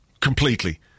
completely